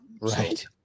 Right